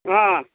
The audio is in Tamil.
ஆ